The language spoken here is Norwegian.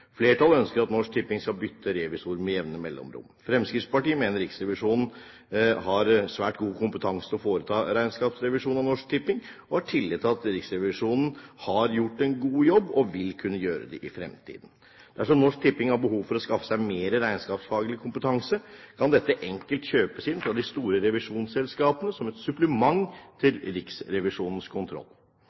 Flertallet ønsker at Norsk Tipping skal bytte revisor med jevne mellomrom. Fremskrittspartiet mener at Riksrevisjonen har svært god kompetanse til å foreta regnskapsrevisjon av Norsk Tipping og har tillit til at Riksrevisjonen har gjort en god jobb og vil kunne gjøre det i fremtiden. Dersom Norsk Tipping har behov for å skaffe seg mer regnskapsfaglig kompetanse, kan dette enkelt kjøpes inn fra de store revisjonsselskapene som et supplement til Riksrevisjonens kontroll.